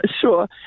sure